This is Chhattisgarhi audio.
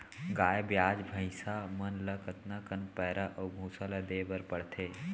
गाय ब्याज भैसा मन ल कतका कन पैरा अऊ भूसा ल देये बर पढ़थे?